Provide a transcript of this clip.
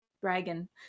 dragon